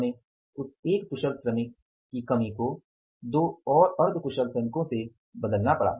हमें उस 1 कुशल श्रमिक की कमी को 2 और अर्ध कुशल श्रमिकों से बदलना पड़ा